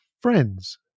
friends